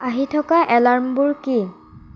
আহি থকা এলাৰ্মবোৰ কি